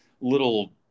little